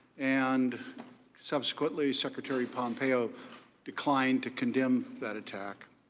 and subsequently, secretary pompeo declined to condemn that attack.